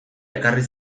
ekarri